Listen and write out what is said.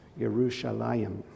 Yerushalayim